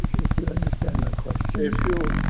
if you understand my question? if you,